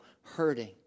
hurting